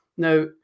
Now